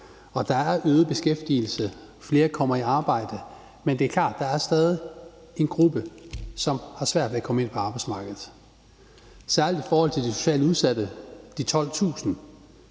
der er øget beskæftigelse, flere kommer i arbejde, men det er klart, at der stadig er en gruppe, som har svært ved at komme ind på arbejdsmarkedet, særlig i forhold til de socialt udsatte – de 12.000